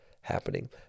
happening